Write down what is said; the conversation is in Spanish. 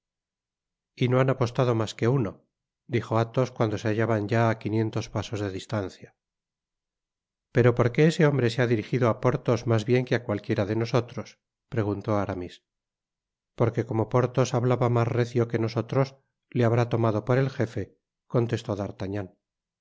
y no han apostado mas que uno dijo athos cuando se hallaban ya á quinientos pasos de distancia pero porque ese hombre se ha dirigido á porthos mas bien que á cualquiera de nosotros preguntó aramis i porque como porthos hablaba mas recio que nosotros le habrá tomado por el jete contestó